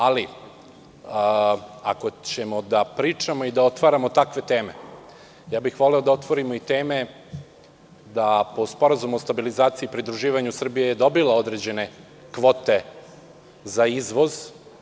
Ako ćemo da pričamo i da otvaramo takve teme, voleo bih da otvorimo i teme da je, po Sporazumu o stabilizaciji i pridruživanju, Srbija dobila određene kvote za izvoz.